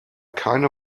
keine